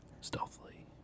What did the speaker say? stealthily